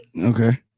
Okay